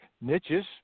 niches